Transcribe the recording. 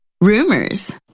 rumors